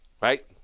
Right